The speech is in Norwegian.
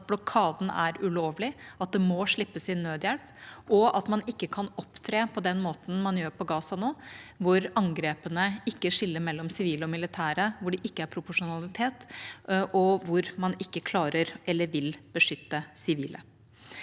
at blokaden er ulovlig, at det må slippes inn nødhjelp, og at man ikke kan opptre på den måten man gjør på Gaza nå, hvor angrepene ikke skiller mellom sivile og militære, hvor det ikke er proporsjonalitet, og hvor man ikke klarer å beskytte eller vil beskytte sivile.